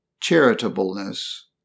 charitableness